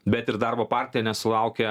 bet ir darbo partija nesulaukia